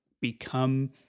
become